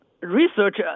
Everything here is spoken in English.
research